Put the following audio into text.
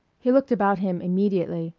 he looked about him immediately,